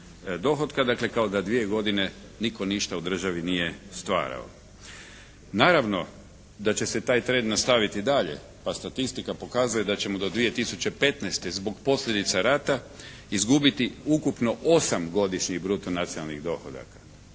dakle kao da dvije godine nitko ništa u državi nije stvarao. Naravno da će se taj trend nastaviti dalje, pa statistika pokazuje da ćemo do 2015. zbog posljedice rata izgubiti ukupno 8 godišnjih bruto nacionalnih dohodaka